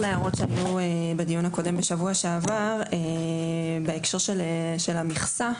בדיון הקודם בשבוע שעבר בהקשר של המכסות.